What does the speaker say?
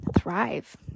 thrive